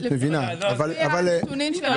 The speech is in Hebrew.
לפי הנתונים שיש לנו,